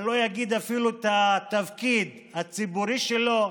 אני לא אגיד אפילו את התפקיד הציבורי שלו,